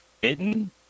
bitten